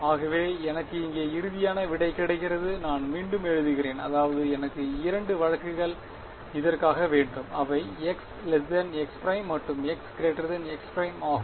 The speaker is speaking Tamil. ஆகவே எனக்கு இங்கே இறுதியான விடை கிடைக்கிறது நான் மீண்டும் எழுதுகிறேன் அதாவது எனக்கு இரண்டு வழக்குகள் இதற்காக வேண்டும் அவை x x′ மற்றும் x x′ ஆகும்